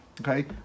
Okay